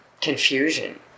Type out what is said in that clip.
confusion